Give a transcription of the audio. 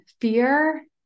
fear